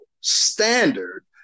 standard